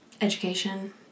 Education